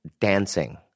dancing